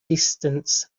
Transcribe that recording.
distance